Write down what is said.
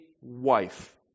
wife